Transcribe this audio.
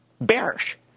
bearish